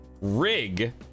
rig